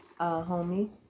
homie